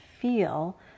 feel